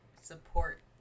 support